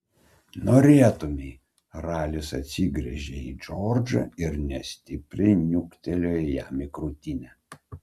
norėtumei ralis atsigręžė į džordžą ir nestipriai niuktelėjo jam į krūtinę